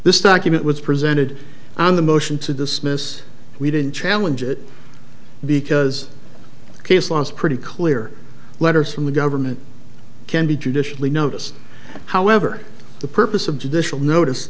this document was presented on the motion to dismiss we didn't challenge it because case law is pretty clear letters from the government can be judicially notice however the purpose of judicial notice